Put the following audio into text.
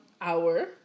hour